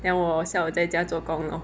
then 我下午在家做工 lor